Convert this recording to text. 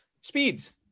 speeds